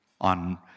on